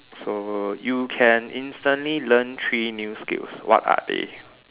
so you can instantly learn three new skills what are they